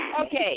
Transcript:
Okay